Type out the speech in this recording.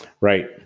Right